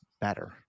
better